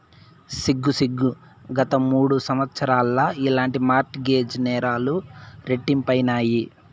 సిగ్గు సిగ్గు, గత మూడు సంవత్సరాల్ల ఇలాంటి మార్ట్ గేజ్ నేరాలు రెట్టింపైనాయి